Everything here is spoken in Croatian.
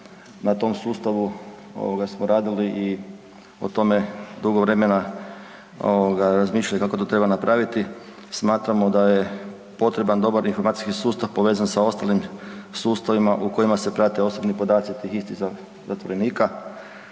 Na tom sustavu ovoga smo radili i o tome dugo vremena ovoga razmišljali kako to treba napraviti. Smatramo da je potreban dobar informacijski sustav povezan sa ostalim sustavima u kojima se prate osobni podaci tih zatvorenika.